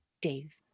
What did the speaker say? Dave